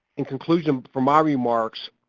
in conclusion for my remarks,